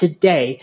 Today